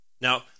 Now